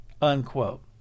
Unquote